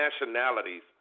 nationalities